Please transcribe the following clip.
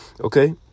Okay